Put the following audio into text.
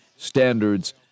standards